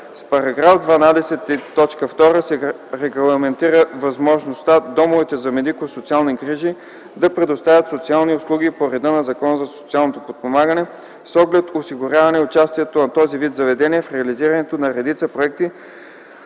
С § 12, т. 2 се регламентира възможността, домовете за медико-социални грижи да предоставят социални услуги по реда на Закона за социално подпомагане, с оглед осигуряване участието на този вид заведение в реализирането на редица проекти,